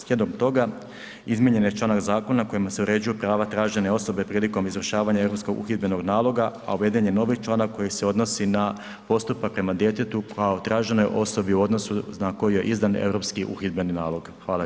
Slijedom toga, izmijenjen je članak zakona kojima se uređuju prava tražene osobe prilikom izvršavanja europskog uhidbenog naloga, a uveden je novi članak koji se odnosi na postupak prema djetetu koja od tražene osobi u odnosu na koju je izdan europski uhidbeni nalog.